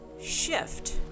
shift